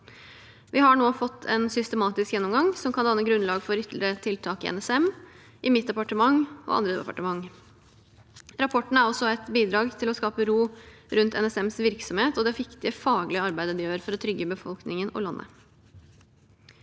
Vi har nå fått en systematisk gjennomgang som kan danne grunnlag for ytterligere tiltak i NSM, i mitt departement og i andre departement. Rapporten er også et bidrag til å skape ro rundt NSMs virksomhet og det viktige faglige arbeidet de gjør for å trygge befolkningen og landet.